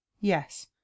yes